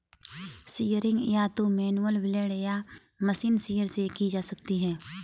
shearing या तो manual blade या मशीन शीयर से की जा सकती है